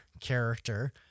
character